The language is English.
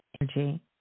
energy